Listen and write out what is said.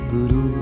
Guru